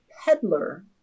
peddler